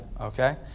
okay